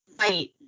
fight